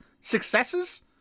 successes